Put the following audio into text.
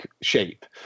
shape